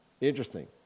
interesting